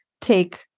take